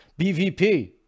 BVP